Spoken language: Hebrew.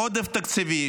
עודף תקציבי,